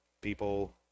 people